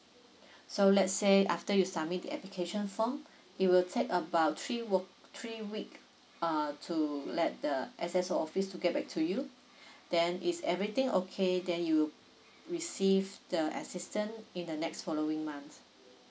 so let's say after you submit the application form it will take about three work three week uh to let the S_S_O office to get back to you then if everything okay that you receive the assistant in the next following months